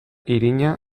irina